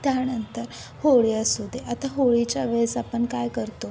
त्यानंतर होळी असू दे आता होळीच्या वेळेस आपण काय करतो